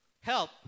help